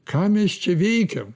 ką mes čia veikiam